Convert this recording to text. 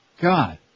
God